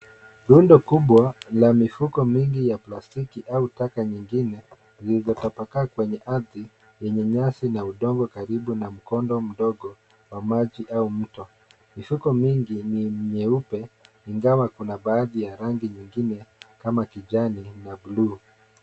Rundo kubwa la mifuko mingi ya plastiki au taka nyingine zilizo tapakaa kwenye ardhi yenye nyasi na udongo karibu na mkondo mdogo wa maji au mto. Mifuko mingi mieupe ingawa kuna baadhi ya rangi nyingine kama kijani na bluu.